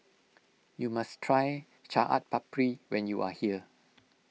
you must try Chaat Papri when you are here